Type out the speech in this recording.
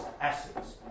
assets